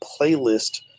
playlist